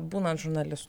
būnant žurnalistu